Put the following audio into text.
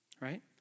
right